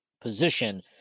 position